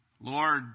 Lord